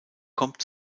kommt